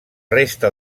resta